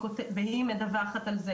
והיא מדווחת על זה.